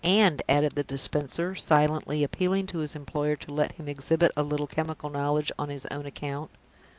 and, added the dispenser, silently appealing to his employer to let him exhibit a little chemical knowledge on his own account,